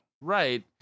right